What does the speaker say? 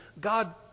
God